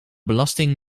belasting